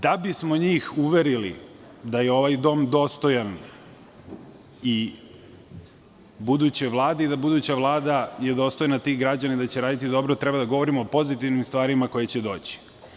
Da bismo ih uverili da je ovaj dom dostojan i buduće Vlade, da je buduća Vlada dostojna tih građana i da će raditi dobro treba da govorimo o pozitivnim stvarima koje će doći.